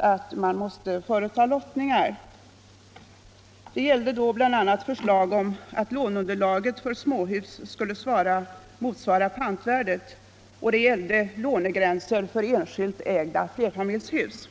att vi måste företa lottningar. Det gällde bl.a. förslag om att låneunderlaget för småhus skulle motsvara pantvärdet och förslag om lånegränser för enskilt ägda enfamiljshus.